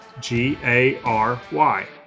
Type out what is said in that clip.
g-a-r-y